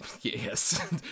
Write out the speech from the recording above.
yes